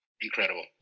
incredible